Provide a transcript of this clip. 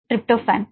tryptophan